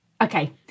Okay